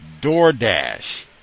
DoorDash